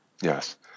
Yes